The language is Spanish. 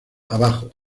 abajo